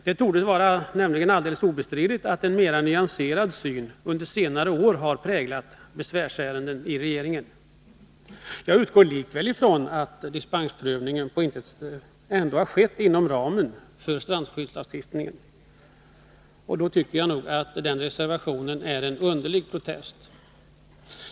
Det torde nämligen vara obestridligt att en mer nyanserad syn har präglat regeringens handläggning av besvärsärendena under senare år. Jag utgår ifrån att dispensprövningen har skett inom ramen för strandskyddslagstiftningen och tycker därför att reservationen utgör en underlig protest.